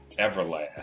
Everlast